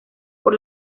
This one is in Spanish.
por